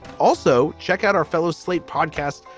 also, check out our fellow slate podcast,